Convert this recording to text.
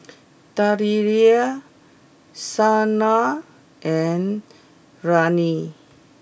Dellia Shanna and Ryne